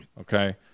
okay